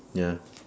ya